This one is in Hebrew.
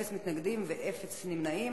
אפס מתנגדים ואפס נמנעים.